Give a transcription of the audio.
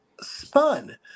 spun